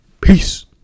Peace